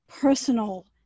personal